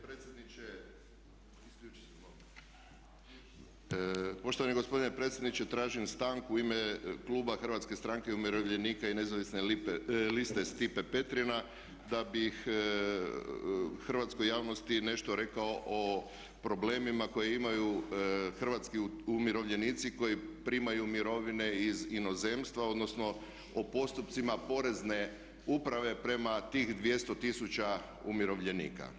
Poštovani gospodine predsjedniče tražim stanku u ime kluba Hrvatske stranke umirovljenika i nezavisne liste Stipe Petrina da bih hrvatskoj javnosti nešto rekao o problemima koje imaju hrvatski umirovljenici koji primaju mirovine iz inozemstva, odnosno o postupcima Porezne uprave prema tih 200 tisuća umirovljenika.